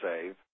save